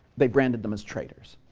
they branded them as traitors,